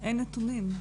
אין נתונים.